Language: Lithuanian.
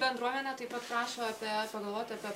bendruomenė taip pat prašo apie pagalvot apie